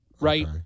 right